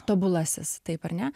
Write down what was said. tobulasis taip ar ne